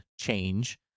change